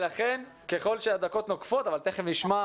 לכן ככל שהדקות נוקפות אבל תיכף נשמע,